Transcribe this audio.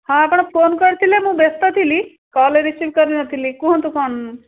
ହଁ ଆପଣ ଫୋନ୍ କରିଥିଲେ ମୁଁ ବ୍ୟସ୍ତ ଥିଲି କଲ୍ ରିସିଭ୍ କରିନଥିଲି କୁହନ୍ତୁ କ'ଣ